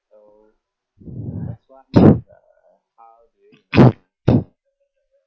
so